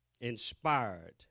inspired